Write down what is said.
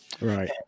right